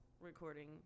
recording